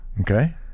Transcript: Okay